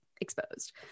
exposed